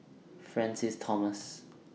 Francis Thomas